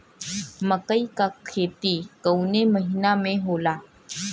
मकई क खेती कवने महीना में होला?